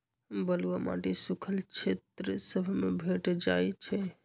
बलुआ माटी सुख्खल क्षेत्र सभ में भेंट जाइ छइ